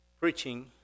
preaching